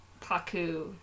Paku